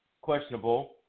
questionable